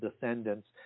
descendants